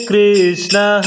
Krishna